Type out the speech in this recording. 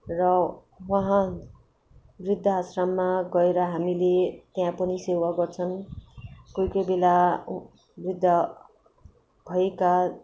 र वहाँ वृद्धाश्रममा गएर हामीले त्यहाँ पनि सेवा गर्छन् कोही कोही बेला वृद्ध भएका